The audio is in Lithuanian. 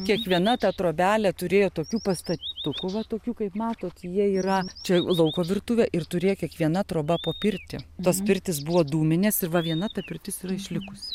kiekviena ta trobelė turėjo tokių pastatukų va tokių kaip matot jie yra čia lauko virtuvė ir turėjo kiekviena troba po pirtį tos pirtys buvo dūminės ir va viena ta pirtis yra išlikusi